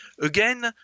Again